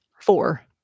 Four